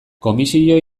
komisio